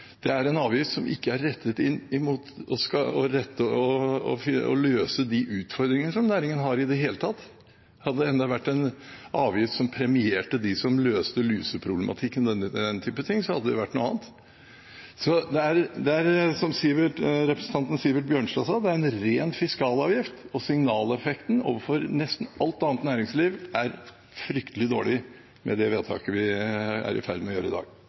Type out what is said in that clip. Dette er en avgift som ikke er rettet inn mot å løse de utfordringene næringen har, i det hele tatt. Hadde det enda vært en avgift som premierte dem som løste lusproblematikken og den type ting, hadde det jo vært noe annet. Det er, som representanten Sivert Bjørnstad sa, en ren fiskalavgift, og signaleffekten overfor nesten alt annet næringsliv er fryktelig dårlig med det vedtaket vi er i ferd med å gjøre i dag.